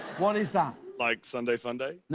what is that? like sunday fun day.